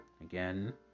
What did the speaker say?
Again